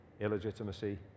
illegitimacy